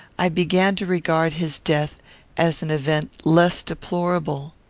i began to regard his death as an event less deplorable.